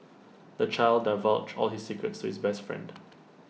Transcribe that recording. the child divulged all his secrets to his best friend